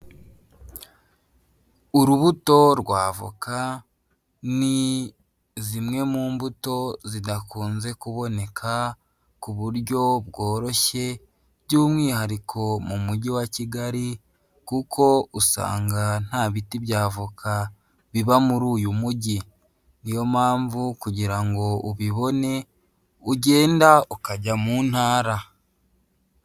Urubuto rw'avoka ni zimwe mu mbuto zidakunze kuboneka ku buryo bworoshye by'umwihariko mu mujyi wa Kigali, kuko usanga nta biti by'avoka biba muri uyu mujyi, niyo mpamvu kugira ngo ubibone ugenda ukajya mu ntara.